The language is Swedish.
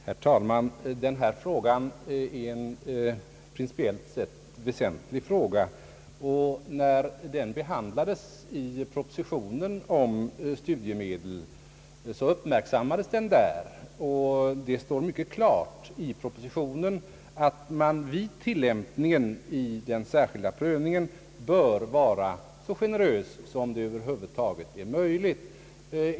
Herr talman! Denna fråga är en principiellt sett väsentlig fråga, och när den behandlades i propositionen om studiemedel, uppmärksammades den där, och det står mycket klart i propositionen att man vid tillämpningen av den särskilda prövningen bör vara så generös som det över huvud taget är möjligt.